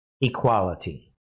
equality